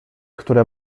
które